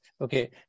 okay